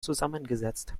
zusammengesetzt